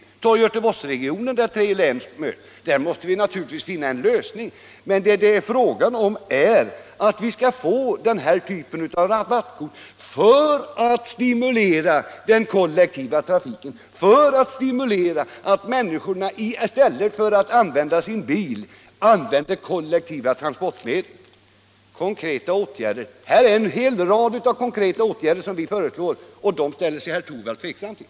I t.ex. Göteborgsregionen, där tre län möts, måste vi naturligtvis finna en lösning på sådana speciella problem och skapa ett regionkort. Vad det här är fråga om är att vi skall införa denna typ av rabattkort för att kunna stimulera den kollektiva trafiken och för att stimulera människorna att i stället för att använda sin bil använda kollektiva trafikmedel. Herr Torwald efterlyser förslag till konkreta åtgärder. Här har vi ju föreslagit en rad åtgärder, men dem ställer sig herr Torwald tveksam till.